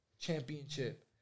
championship